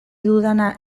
dudana